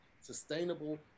sustainable